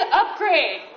upgrade